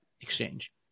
exchange